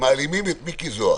שמעלימים את מיקי זוהר.